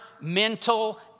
mental